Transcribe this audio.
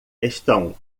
estão